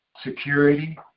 security